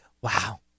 Wow